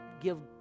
give